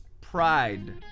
Pride